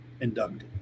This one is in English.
inducted